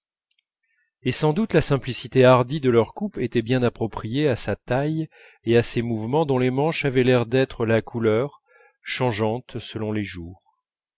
et sans doute la simplicité hardie de leur coupe était bien appropriée à sa taille et à ses mouvements dont les manches avaient l'air d'être la couleur changeante selon les jours